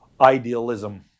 idealism